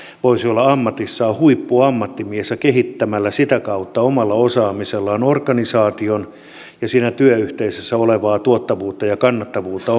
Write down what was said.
voisi olla ammatissaan huippuammattimies ja kehittää sitä kautta omalla osaamisellaan organisaatiossa ja siinä työyhteisössä olevaa tuottavuutta ja kannattavuutta